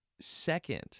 second